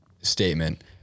statement